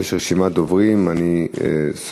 מתנגדים ואין נמנעים.